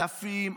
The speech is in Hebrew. אלפים,